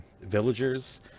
villagers